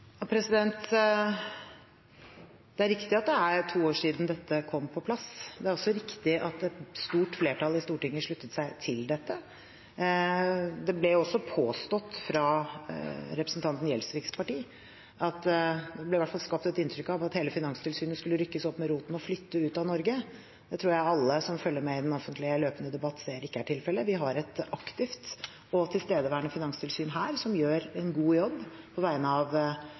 Det er riktig at det er to år siden dette kom på plass. Det er også riktig at et stort flertall i Stortinget sluttet seg til dette. Det ble også påstått fra representanten Gjelsviks parti – det ble i hvert fall skapt et inntrykk av det – at hele Finanstilsynet skulle rykkes opp med roten og flytte ut av Norge. Det tror jeg alle som følger med i den offentlige løpende debatt, ser ikke er tilfellet. Vi har et aktivt og tilstedeværende finanstilsyn her som gjør en god jobb på vegne av